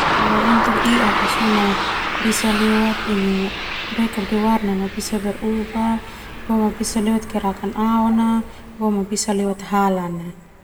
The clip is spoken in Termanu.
Kalau untuk iak ka sona bisa lewat ini warna na bisa berubah boma bisa lewat gerakan aona, boma lewat halana.